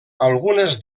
algunes